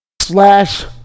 slash